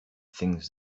things